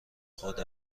خود